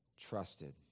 trusted